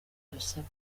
dusaba